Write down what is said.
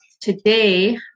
today